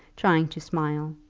trying to smile,